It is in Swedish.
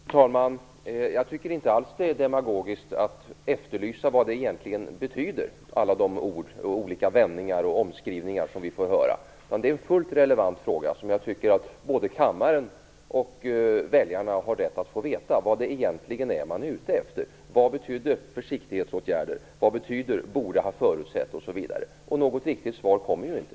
Fru talman! Jag tycker inte alls att det är demagogiskt att efterlysa vad alla de ord, olika vändningar och omskrivningar som vi får höra egentligen betyder. Det är en fullt relevant fråga. Jag tycker att både kammaren och väljarna har rätt att få veta vad det egentligen är man är ute efter. Vad betyder "försiktighetsåtgärder", och vad betyder "borde ha förutsett" osv.? Något riktigt svar kommer ju inte.